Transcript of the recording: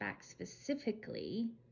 specifically